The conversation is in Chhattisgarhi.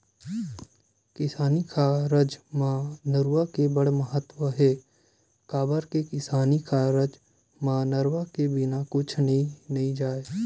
किसानी कारज म नरूवा के बड़ महत्ता हे, काबर के किसानी कारज म नरवा के बिना कुछ करे नइ जाय